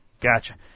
Gotcha